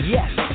Yes